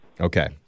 Okay